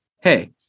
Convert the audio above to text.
Hey